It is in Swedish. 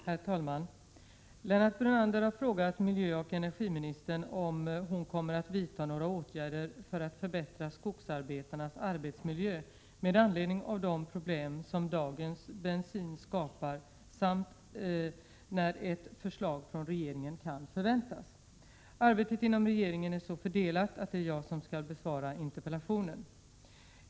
Herr talman! Lennart Brunander har frågat miljöoch energiministern om hon kommer att vidta några åtgärder för att förbättra skogsarbetarnas arbetsmiljö med anledning av de problem som dagens bensin skapar samt när ett förslag från regeringen kan förväntas. Arbetet inom regeringen är så fördelat att det är jag som skall besvara interpellationen.